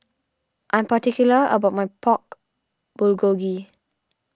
I'm particular about my Pork Bulgogi